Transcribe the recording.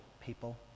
people